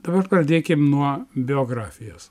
dabar pradėkim nuo biografijos